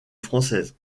française